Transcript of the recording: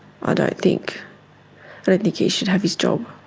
i don't think but think he should have his job.